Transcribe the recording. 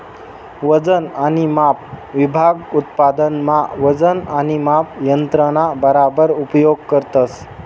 वजन आणि माप विभाग उत्पादन मा वजन आणि माप यंत्रणा बराबर उपयोग करतस